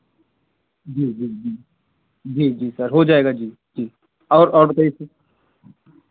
जी जी जी जी जी सर हो जाएगा जी जी और और बताइए सर